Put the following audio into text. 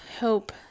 hope